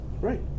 Right